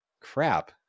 crap